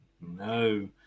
No